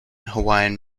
hawaiian